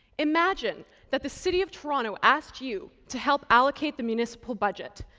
imagine that the city of toronto asked you to help allocate the municipal budget.